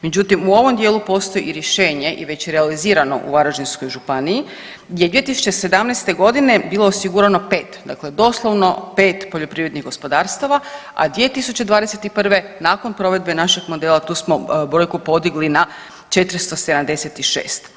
Međutim, u ovom dijelu postoji i rješenje i već je realizirano u Varaždinskoj županiji gdje je 2017.g. bilo osigurano 5, dakle doslovno 5 poljoprivrednih gospodarstava, a 2021. nakon provedbe našeg modela, tu smo brojku podigli na 476.